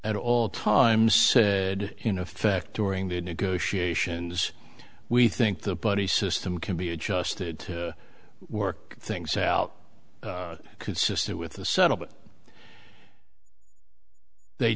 at all times in effect during the negotiations we think the buddy system can be adjusted to work things out consistent with the subtle but they